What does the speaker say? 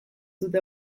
dute